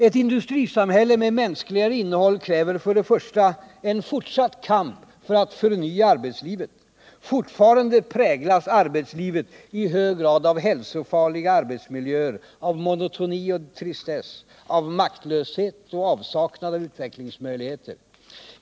Ett industrisamhälle med mänskligare innehåll kräver, för det första, en fortsatt kamp för att förnya arbetslivet. Fortfarande präglas arbetslivet i hög grad av hälsofarliga arbetsmiljöer, av monotoni och tristess, av maktlöshet och avsaknad av utvecklingsmöjligheter.